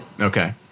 Okay